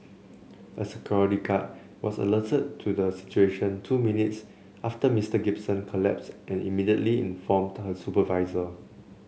a security guard was alerted to the situation two minutes after Mr Gibson collapsed and immediately informed her supervisor